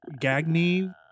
gagney